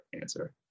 answer